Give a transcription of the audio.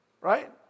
right